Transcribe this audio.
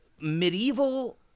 medieval